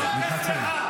תתבייש,